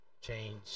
change